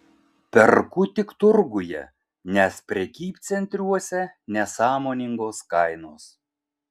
perku tik turguje nes prekybcentriuose nesąmoningos kainos